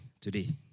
today